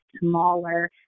smaller